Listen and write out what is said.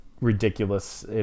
ridiculous